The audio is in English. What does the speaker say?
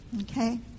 Okay